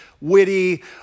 witty